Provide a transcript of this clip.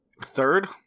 Third